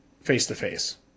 face-to-face